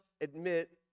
admit